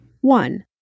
One